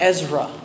Ezra